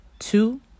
Two